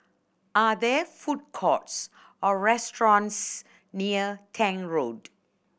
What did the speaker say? are there food courts or restaurants near Tank Road